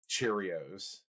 Cheerios